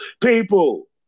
people